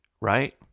right